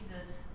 jesus